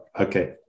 Okay